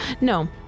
No